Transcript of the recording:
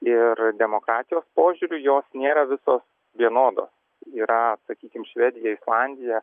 ir demokratijos požiūriu jos nėra visos vienodos yra sakykim švedija islandija